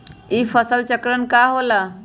ई फसल चक्रण का होला?